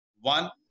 One